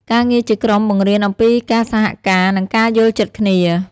ការងារជាក្រុមបង្រៀនអំពីការសហការ និងការយល់ចិត្តគ្នា។